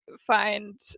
find